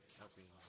helping